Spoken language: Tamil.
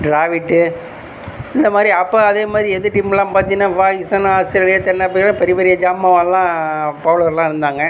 டிராவிட் இந்தமாதிரி அப்போ அதேமாதிரி எதிர் டீம்லாம் பார்த்தீங்கன்னா பாகிஸ்தான் ஆஸ்திரேலியா தென்ஆப்பிரிக்காலாம் பெரிய பெரிய ஜாம்பவான்லாம் பௌலர்லாம் இருந்தாங்க